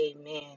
Amen